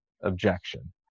objection